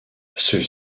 ceux